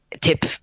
tip